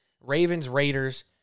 Ravens-Raiders